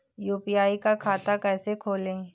UPI का खाता कैसे खोलें?